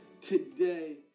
today